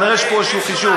כנראה יש פה איזשהו חישוב.